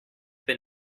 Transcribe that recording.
been